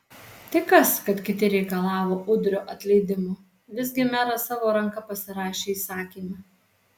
tai kas kad kiti reikalavo udrio atleidimo visgi meras savo ranka pasirašė įsakymą